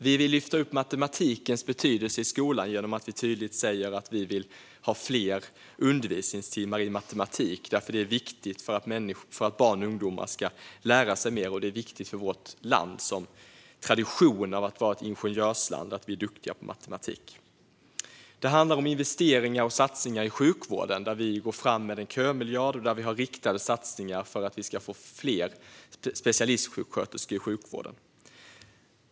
Vi vill lyfta upp matematikens betydelse i skolan genom att vi tydligt säger att vi vill ha fler undervisningstimmar i matematik. Det är viktigt för att barn och ungdomar ska lära sig mer. Och det är viktigt för vårt land, som av tradition är ett ingenjörsland, att vi är duktiga på matematik. Det handlar om investeringar och satsningar i sjukvården. Vi går fram med en kömiljard, och vi har riktade satsningar för att vi ska få fler specialistsjuksköterskor i sjukvården.